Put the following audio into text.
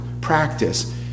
practice